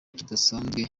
kidasanzwe